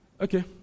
Okay